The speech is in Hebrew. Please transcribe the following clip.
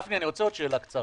גפני, אני רוצה עוד שאלה קצרה.